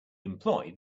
employed